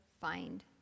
find